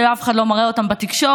אף אחד לא מראה אותם בתקשורת,